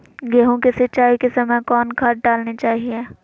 गेंहू के सिंचाई के समय कौन खाद डालनी चाइये?